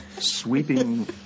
sweeping